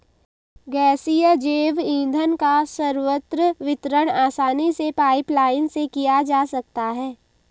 गैसीय जैव ईंधन का सर्वत्र वितरण आसानी से पाइपलाईन से किया जा सकता है